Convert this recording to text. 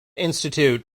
institute